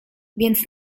więc